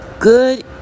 Good